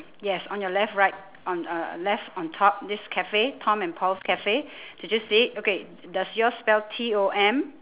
yes on you left right on uh left on top this cafe tom and paul's cafe did you see it okay does yours spell T O M